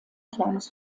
kleines